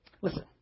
Listen